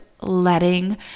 letting